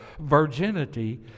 virginity